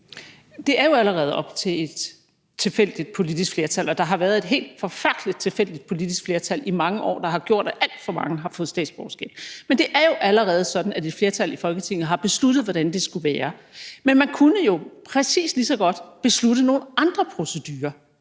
Det er jo allerede op til et tilfældigt politisk flertal, og der har været et helt forfærdelig tilfældigt politisk flertal i mange år, der har gjort, at alt for mange har fået statsborgerskab. Men det er jo allerede sådan, at et flertal i Folketinget har besluttet, hvordan det skulle være. Men man kunne jo præcis lige så godt beslutte nogle andre procedurer,